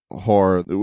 horror